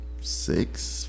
six